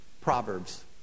Proverbs